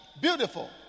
Beautiful